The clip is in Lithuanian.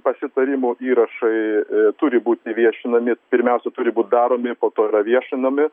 pasitarimų įrašai turi būti viešinami pirmiausia turi būt daromi po to yra viešinami